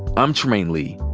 i'm trymaine lee,